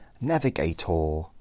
navigator